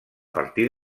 partir